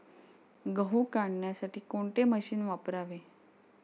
गहू काढण्यासाठी कोणते मशीन वापरावे?